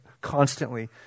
constantly